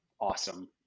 awesome